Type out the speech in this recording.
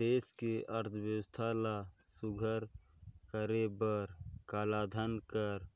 देस के अर्थबेवस्था ल सुग्घर करे बर कालाधन कर